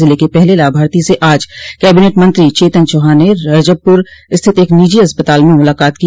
ज़िले के पहले लाभार्थी से आज कैबिनेट मंत्री चेतन चौहान ने रजबप्र स्थित एक निजी अस्पताल में मूलाकात की